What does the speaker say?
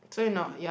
to eat